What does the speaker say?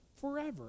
forever